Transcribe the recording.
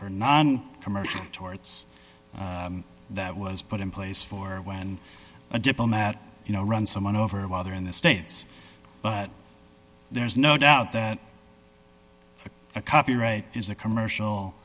for non commercial torts that was put in place for when a diplomat you know run someone over while they're in the states but there is no doubt that a copyright is a commercial